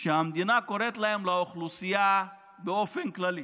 שהמדינה קוראת להן מסגרות לאוכלוסייה באופן כללי.